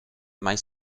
mai